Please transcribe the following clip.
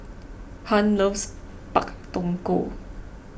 Hunt loves Pak Thong Ko